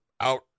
out